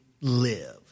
live